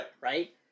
Right